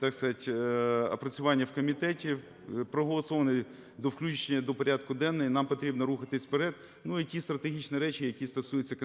так би мовити, опрацювання в комітеті, проголосований до включення до порядку денного, і нам потрібно рухатися вперед, ну, і ті стратегічні речі, які стосуються